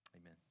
amen